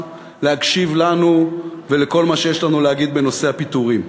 להקשיב לנו ולכל מה שיש לנו להגיד בנושא הפיטורים.